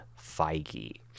Feige